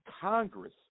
Congress